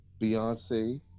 Beyonce